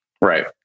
Right